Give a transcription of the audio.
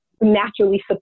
naturally